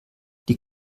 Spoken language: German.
die